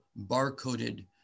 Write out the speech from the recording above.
barcoded